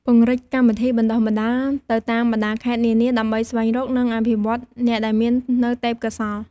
ពង្រីកកម្មវិធីបណ្តុះបណ្តាលទៅតាមបណ្តាខេត្តនានា ដើម្បីស្វែងរកនិងអភិវឌ្ឍអ្នកដែលមាននូវទេពកោសល្យ។